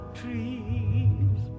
trees